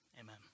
Amen